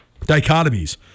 dichotomies